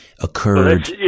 occurred